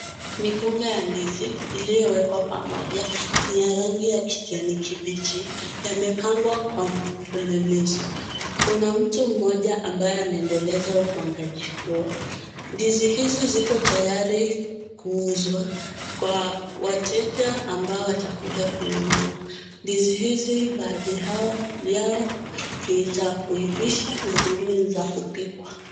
Mikunga ya ndizi iliyoekwa pamoja na rangi ya kijani kibichi yamepangwa kwa mfululizo. Kuna mtu mmoja ambaye anaendeleza upangaji huo. Ndizi izi ziko tayari kuuzwa kwa wateja ambao watakuja kununua. Ndizi izi baadhi hao yao ni za kuivishwa na zingine ni za kupikwa.